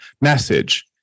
message